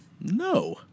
no